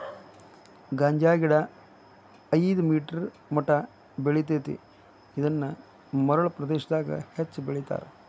ಗಾಂಜಾಗಿಡಾ ಐದ ಮೇಟರ್ ಮಟಾ ಬೆಳಿತೆತಿ ಇದನ್ನ ಮರಳ ಪ್ರದೇಶಾದಗ ಹೆಚ್ಚ ಬೆಳಿತಾರ